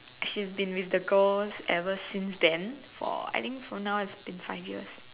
she's been with the girl ever since then for I think for now it's been five years